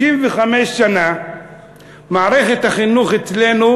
65 שנה מערכת החינוך אצלנו